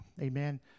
amen